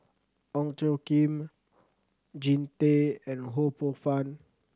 Ong Tjoe Kim Jean Tay and Ho Poh Fun